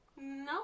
No